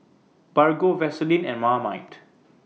Bargo Vaseline and Marmite